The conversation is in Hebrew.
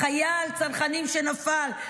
חייל הצנחנים שנפל,